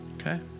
Okay